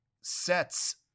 sets